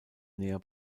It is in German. näher